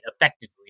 effectively